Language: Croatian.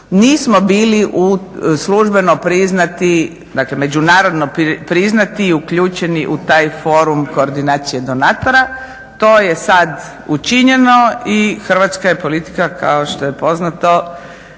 dakle međunarodno priznati i uključeni u taj Forum koordinacije donatora. To je sad učinjeno i hrvatska je politika kao što je poznato